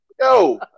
yo